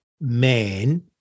man